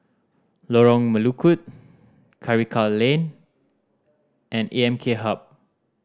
Lorong Melukut Karikal Lane and A M K Hub